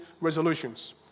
resolutions